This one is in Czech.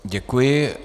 Děkuji.